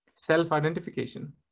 self-identification